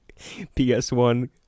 PS1